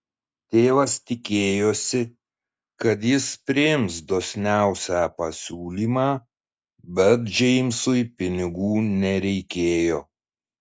tėvas tikėjosi kad jis priims dosniausią pasiūlymą bet džeimsui pinigų nereikėjo